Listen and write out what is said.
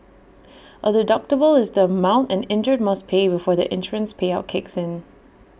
A deductible is the amount an injured must pay before the insurance payout kicks in